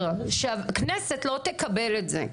ולהבהיר שהכנסת לא תקבל את זה.